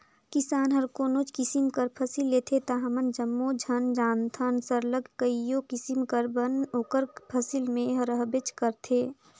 किसान हर कोनोच किसिम कर फसिल लेथे ता हमन जम्मो झन जानथन सरलग कइयो किसिम कर बन ओकर फसिल में रहबेच करथे